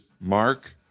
Mark